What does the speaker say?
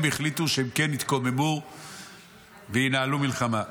הם החליטו שהם כן יתקוממו וינהלו מלחמה.